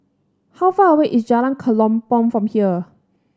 how far away is Jalan Kelempong from here